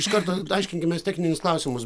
iš karto aiškinkimės techninius klausimus